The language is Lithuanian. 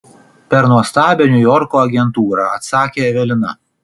per nuostabią niujorko agentūrą atsakė evelina